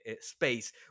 space